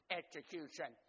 execution